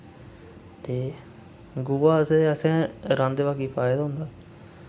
ते गुआ अस असें रांह्दे बाकी पाए दा होंदा